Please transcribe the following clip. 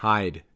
Hide